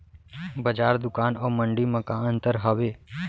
बजार, दुकान अऊ मंडी मा का अंतर हावे?